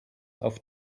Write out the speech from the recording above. auf